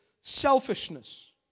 selfishness